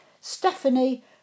Stephanie